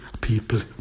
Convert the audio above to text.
people